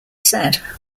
said